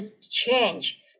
change